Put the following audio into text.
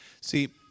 See